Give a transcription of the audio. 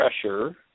pressure